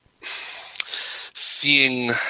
seeing